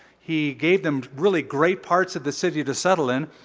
he gave them really great parts of the city to settle in.